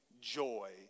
joy